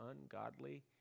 ungodly